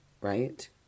Right